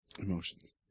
Emotions